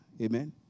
Amen